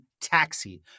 Taxi